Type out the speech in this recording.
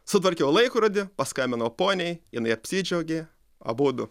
sutvarkiau laikrodį paskambinau poniai jinai apsidžiaugė abudu